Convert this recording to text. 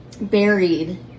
buried